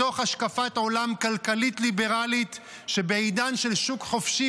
מתוך השקפת עולם כלכלית ליברלית שבעידן של שוק חופשי